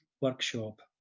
workshop